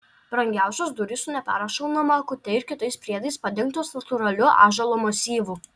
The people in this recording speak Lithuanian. brangiausios durys su neperšaunama akute ir kitais priedais padengtos natūraliu ąžuolo masyvu